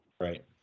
Right